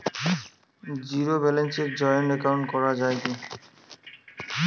Zero ব্যালেন্সে joint account করা য়ায় কি?